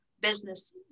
business